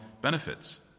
benefits